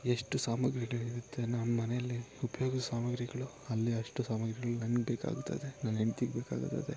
ಎಷ್ಟು ಸಾಮಗ್ರಿಗಳು ಇರತ್ತೆ ನಮ್ಮ ಮನೆಯಲ್ಲಿ ಉಪಯೋಗ ಸಾಮಗ್ರಿಗಳು ಅಲ್ಲಿ ಅಷ್ಟು ಸಾಮಗ್ರಿಗಳು ನಂಗೆ ಬೇಕಾಗ್ತದೆ ನನ್ನ ಹೆಂಡ್ತಿಗೆ ಬೇಕಾಗ್ತದೆ